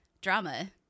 drama